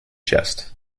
chest